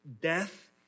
death